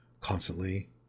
constantly